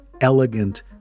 elegant